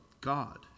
God